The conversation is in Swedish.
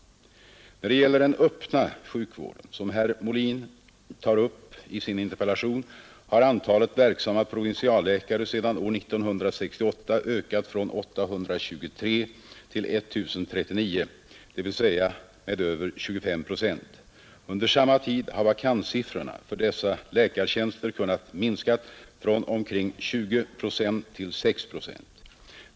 När det gäller den öppna sjukvården, som herr Molin tar upp i sin interpellation, har antalet verksamma provinsialläkare sedan år 1968 ökat från 823 till I 039, dvs. med över 25 procent. Under samma tid har vakanssiffrorna för dessa läkartjänster kunnat minskas från omkring 20 till 6 procent.